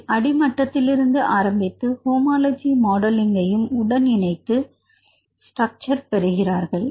இதில் அடிமட்டத்திலிருந்து ஆரம்பித்து ஹோமோலஜி மாடலிங்யும் abinitio உடன் இணைத்து ஸ்ட்ரக்சர் பெறுகிறார்கள்